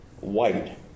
white